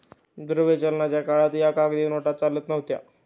द्रव्य चलनाच्या काळात या कागदी नोटा चालत नव्हत्या